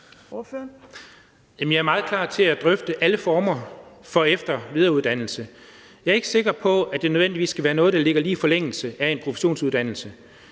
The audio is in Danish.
jeg er meget klar til at drøfte alle former for efter- og videreuddannelse. Jeg er ikke sikker på, at det nødvendigvis skal være noget, der ligger lige i forlængelse af en professionsuddannelse.